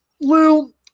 Lou